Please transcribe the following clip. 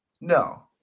no